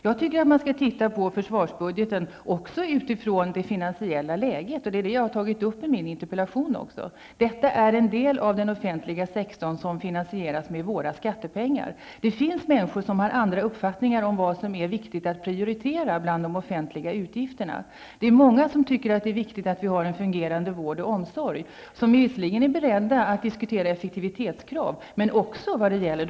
Jag tycker att man skall se på försvarsbudgeten också med hänsyn till det finansiella läget, och det är något som jag även har tagit upp i min interpellation. Försvaret är en del av den offentliga sektorn som finansieras med våra skattepengar. Det finns människor som har andra uppfattningar om vad som är viktigt att prioritera när det gäller offentliga utgifter. Många tycker att det är viktigt att vi har en fungerande vård och omsorg. Visserligen är man beredd att diskutera effektivitetskrav men också de andra sakerna.